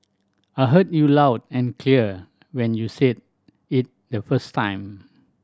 I heard you loud and clear when you said it the first time